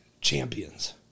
champions